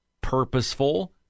purposeful